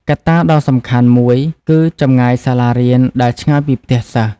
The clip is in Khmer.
កត្តាដ៏សំខាន់មួយគឺចម្ងាយសាលារៀនដែលឆ្ងាយពីផ្ទះសិស្ស។